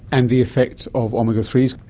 and the effect of omega threes?